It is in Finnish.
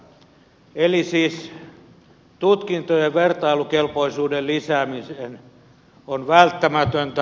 eli siis tutkintojen vertailukelpoisuuden lisääminen on välttämätöntä